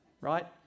right